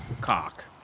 cock